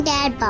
Dad